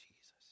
Jesus